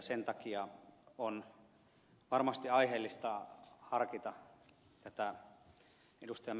sen takia on varmasti aiheellista harkita tätä ed